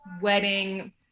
wedding